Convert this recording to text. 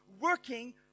working